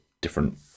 different